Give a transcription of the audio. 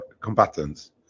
combatants